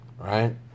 right